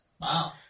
Wow